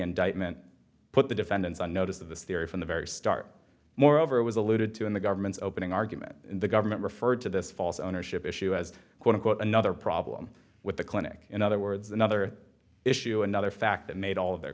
indictment put the defendant on notice of the theory from the very start moreover it was alluded to in the government's opening argument the government referred to this false ownership issue as quote unquote another problem with the clinic in other words another issue another fact that made all of their